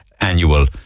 annual